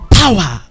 power